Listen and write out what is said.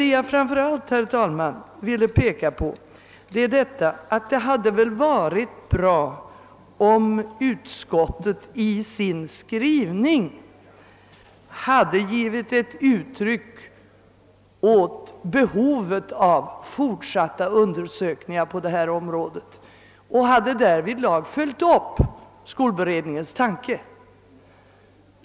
Det jag framför allt vill peka på, herr talman, är att det hade varit bra om utskottet i sin skrivning hade givit uttryck åt behovet av fortsatta undersökningar på detta område och därvidlag hade följt upp skolberedningens tanke.